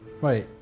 Wait